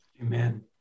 Amen